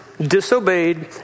disobeyed